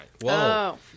Whoa